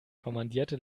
kommandierte